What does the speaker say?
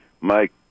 Mike